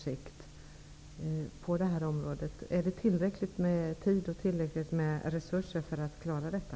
Finns det tillräckligt med tid och resurser för att klara detta?